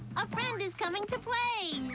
a friend is coming to play!